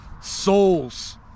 souls